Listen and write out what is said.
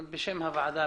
הוועדה,